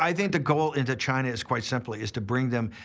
i think the goal into china is quite simply, is to bring them.